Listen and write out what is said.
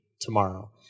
tomorrow